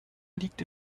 liegt